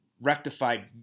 rectified